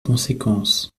conséquence